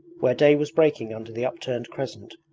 where day was breaking under the upturned crescent,